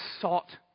sought